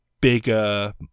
bigger